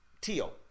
Teal